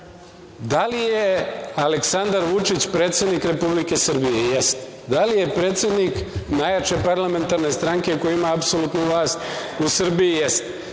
li je Aleksandar Vučić predsednik Republike Srbije? Jeste. Da li je predsednik najjače parlamentarne stranke koja ima apsolutnu vlast u Srbiji? Jeste.